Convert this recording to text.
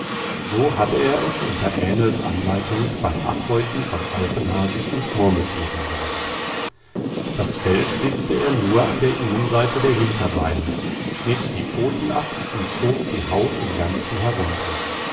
so hatte er es unter ähnls anleitung beim abhäuten von alpenhasen und murmeltieren gemacht das fell schlitzte er nur an der innenseite der hinterbeine schnitt die pfoten ab und zog die haut im ganzen herunter